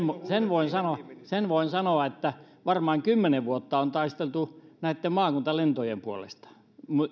mutta sen voin sanoa että varmaan kymmenen vuotta on taisteltu näitten maakuntalentojen puolesta